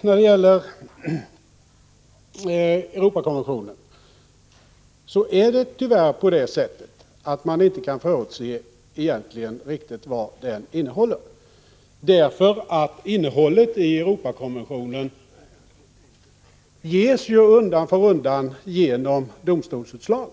När det gäller Europakonventionen kan man tyvärr inte riktigt förutse dess innehåll, eftersom det ges undan för undan genom domstolsutslag.